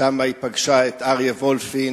ושם היא פגשה את אריה וולפין,